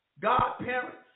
godparents